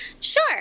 Sure